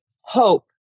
hope